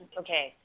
okay